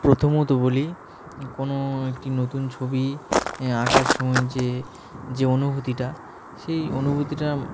প্রথমত বলি কোনো একটি নতুন ছবি এ আঁকার সময় যে যে অনুভূতিটা সেই অনুভূতিটা